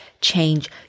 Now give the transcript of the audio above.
change